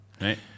Right